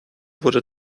wurde